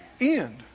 end